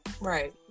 Right